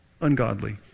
Ungodly